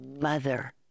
mother